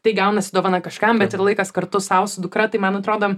tai gaunasi dovana kažkam bet ir laikas kartu sau su dukra tai man atrodo